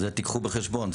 זה תיקחו בחשבון,